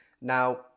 Now